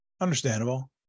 Understandable